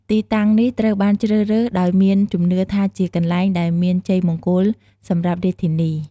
ទីតាំងនេះត្រូវបានជ្រើសរើសដោយមានជំនឿថាជាកន្លែងដែលមានជ័យមង្គលសម្រាប់រាជធានី។